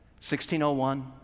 1601